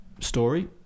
Story